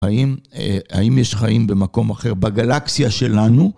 האם יש חיים במקום אחר בגלקסיה שלנו?